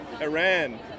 Iran